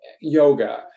yoga